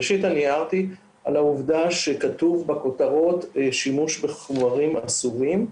ראשית אני הערתי על העובדה שכתוב בכותרות 'שימוש בחומרים אסורים',